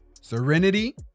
serenity